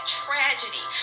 tragedy